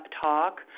talk